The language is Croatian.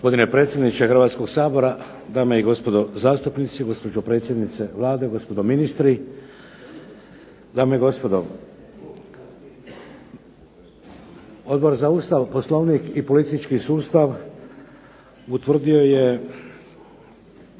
Hrvatskoga sabora, dame i gospodo zastupnici, gospođo predsjednice Vlade, gospodo ministri. Dame i gospodo. Odbor za Ustav, Poslovnik i politički sustav utvrdio je